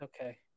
Okay